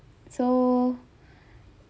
so